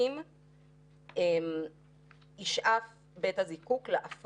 היו ניסיונות בעבר - היה דוח שפיר ב-2006,